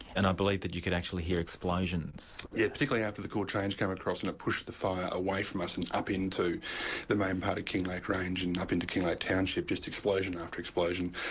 and i believe that you could actually hear explosions. yes, particularly after the cool change came across, and it pushed the fire away from us and up into the main part of kinglake range and up into kinglake township, just explosion after explosion.